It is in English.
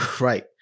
Right